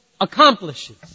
accomplishes